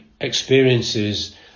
experiences